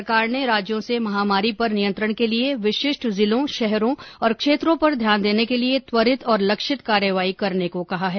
सरकार ने राज्यों से महामारी पर नियंत्रण के लिए विशिष्ट जिलों शहरों और क्षेत्रों पर ध्यान देने के लिए त्वरित और लक्षित कार्रवाई करने को कहा है